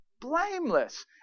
blameless